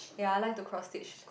ya I like to cross stitch